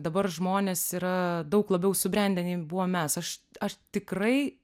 dabar žmonės yra daug labiau subrendę nei buvom mes aš aš tikrai